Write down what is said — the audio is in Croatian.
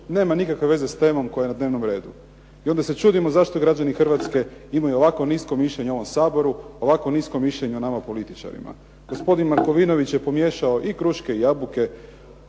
nema nikakve veze s temom koja je na dnevnom redu. I onda se čudimo zašto građani Hrvatske imaju ovako nisko mišljenje o ovom Saboru, ovako nisko mišljenje o nama političarima. Gospodin Markovinović je pomiješao i kruške i jabuke.